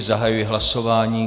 Zahajuji hlasování.